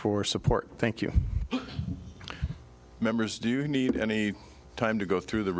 for support thank you members do you need any time to go through the